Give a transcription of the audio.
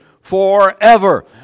forever